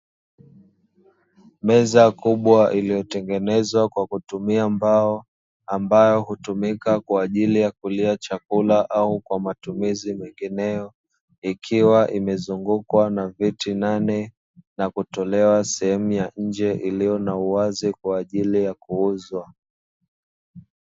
Meza kubwa iliyotengenezwa kwa kutumia mbao, ambayo hutumika kwa ajili ya kulia chakula au kwa matumizi mengineyo ikiwa imezungukwa na viti nane, na kutolewa sehemu ya nje iliyo na uwazi kwa ajili ya kuuzwa.